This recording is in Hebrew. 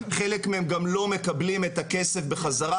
חלק מהם גם לא מקבלים את הכסף בחזרה